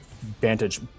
vantage